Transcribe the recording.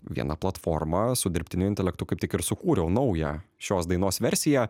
viena platforma su dirbtiniu intelektu kaip tik ir sukūriau naują šios dainos versiją